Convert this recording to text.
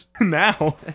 Now